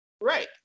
Right